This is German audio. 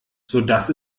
sodass